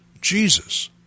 Jesus